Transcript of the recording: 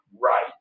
Right